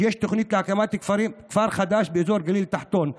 שיש תוכנית להקמת כפר חדש באזור הגליל התחתון.